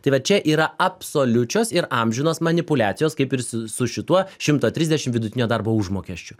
tai va čia yra absoliučios ir amžinos manipuliacijos kaip ir su šituo šimto trisdešim vidutinio darbo užmokesčio